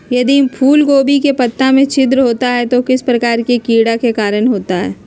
यदि फूलगोभी के पत्ता में छिद्र होता है तो किस प्रकार के कीड़ा के कारण होता है?